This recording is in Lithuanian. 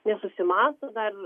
nesusimąsto dar